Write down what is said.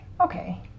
okay